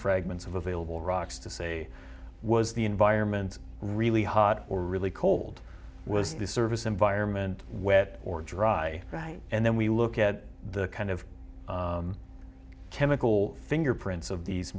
fragments of available rocks to say was the environment really hot or really cold was the service environment wet or dry right and then we look at the kind of chemical fingerprints of these